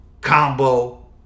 Combo